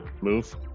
move